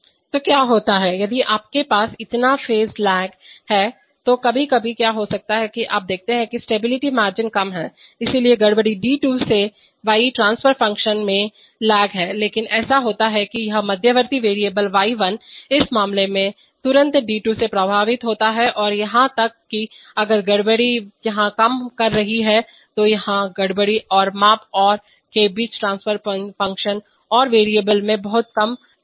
तो क्या होता है यदि आपके पास इतना फेज लेग है तो कभी कभी क्या हो सकता है कि आप देखते हैं कि स्टेबिलिटी मार्जिन कम है इसलिए गड़बड़ी d2 से y ट्रांफर फ़ंक्शन में लेग और है लेकिन ऐसा होता है कि यह मध्यवर्ती वेरिएबल y1 इस मामले में तुरंत d2 से प्रभावित होता है या यहां तक कि अगर गड़बड़ी यहां काम कर रही है तो यहां गड़बड़ी और माप और के बीच ट्रांफर फ़ंक्शन और वेरिएबल y1 में बहुत कम लेग है